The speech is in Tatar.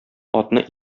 атны